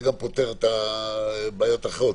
זה גם פותר בעיות אחרות,